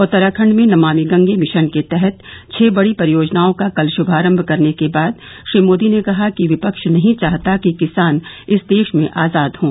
उत्तराखंड में नमामि गंगे मिशन के तहत छह बड़ी परियोजनाओं का कल शुभारभ करने के बाद श्री मोदी ने कहा कि विपक्ष नहीं चाहता कि किसान इस देश में आजाद हों